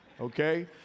Okay